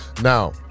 Now